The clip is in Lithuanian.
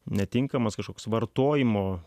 netinkamas kažkoks vartojimo